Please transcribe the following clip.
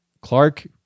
clark